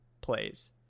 plays